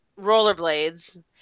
rollerblades